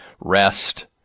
rest